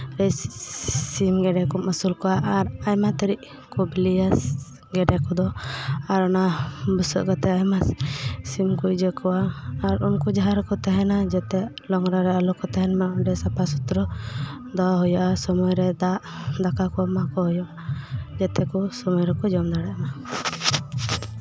ᱵᱮᱥ ᱥᱤᱢ ᱜᱮᱰᱮ ᱠᱚᱢ ᱟᱹᱥᱩᱞ ᱠᱚᱣᱟ ᱟᱨ ᱟᱭᱢᱟ ᱛᱤᱨᱤᱡ ᱠᱚ ᱰᱤᱞᱤᱭᱟ ᱜᱮᱰᱮ ᱠᱚᱫᱚ ᱟᱨ ᱚᱱᱟ ᱵᱩᱥᱟᱹᱜ ᱠᱟᱛᱮᱫ ᱟᱭᱢᱟ ᱥᱤᱢ ᱠᱚ ᱤᱭᱟᱹ ᱠᱚᱣᱟ ᱟᱨ ᱩᱱᱠᱩ ᱡᱟᱦᱟᱸ ᱨᱮᱠᱚ ᱛᱟᱦᱮᱸᱱᱟ ᱡᱟᱛᱮ ᱱᱳᱝᱨᱟ ᱨᱮ ᱟᱞᱚ ᱠᱚ ᱛᱟᱦᱮᱱ ᱢᱟ ᱚᱸᱰᱮ ᱥᱟᱯᱷᱟ ᱥᱩᱛᱨᱚ ᱫᱚᱦᱚ ᱦᱩᱭᱩᱜᱼᱟ ᱟᱨ ᱥᱚᱢᱚᱭ ᱨᱮ ᱫᱟᱜ ᱫᱟᱠᱟ ᱠᱚ ᱮᱢᱟ ᱠᱚ ᱦᱩᱭᱩᱜᱼᱟ ᱡᱟᱛᱮ ᱠᱚ ᱥᱚᱢᱚᱭ ᱨᱮᱠᱚ ᱡᱚᱢ ᱫᱟᱲᱮᱭᱟᱜ ᱢᱟ